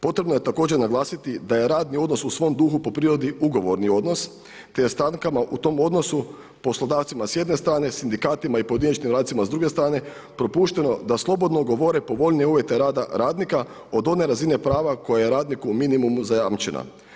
Potrebno je također naglasiti da je radni odnos u svom duhu po prirodi ugovorni odnos te je stavkama u tom odnosu poslodavcima s jedne strane, sindikatima i pojedinačnim radnicima s druge strane, propušteno da slobodno ugovore povoljnije uvjete rada radnika od one razine prava koja je radniku minimumom zajamčena.